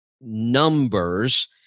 numbers